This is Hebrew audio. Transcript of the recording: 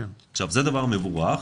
זה דבר מבורך.